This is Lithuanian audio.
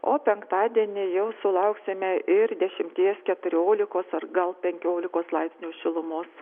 o penktadienį jau sulauksime ir dešimties keturiolikos ar gal penkiolikos laipsnių šilumos